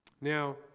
Now